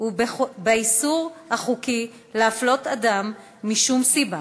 ובאיסור החוקי להפלות אדם מכל סיבה,